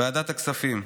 ועדת הכספים: